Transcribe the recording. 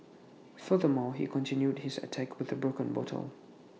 furthermore he continued his attack with A broken bottle